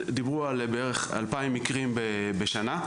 דיברו על בערך 2,000 מקרים בשנה,